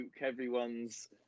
everyone's